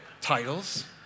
titles